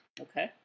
okay